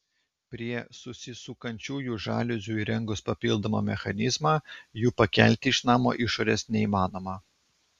prie susisukančiųjų žaliuzių įrengus papildomą mechanizmą jų pakelti iš namo išorės neįmanoma